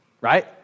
right